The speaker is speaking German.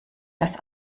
dass